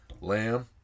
Lamb